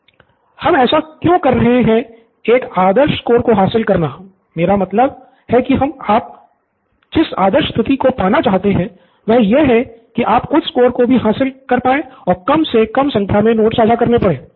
pro बाला हम ऐसा क्यों कर रहे हैं एक आदर्श स्कोर को हासिल करना मेरा मतलब है कि हम और आप जिस आदर्श स्थिति को पाना चाहते हैं वह यह है कि आप उच्च स्कोर भी हासिल कर पाये और कम से कम संख्या में नोट्स साझा करना पड़े